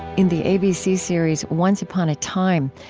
in the abc series once upon a time,